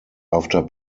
after